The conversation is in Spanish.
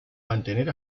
mantener